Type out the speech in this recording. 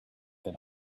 been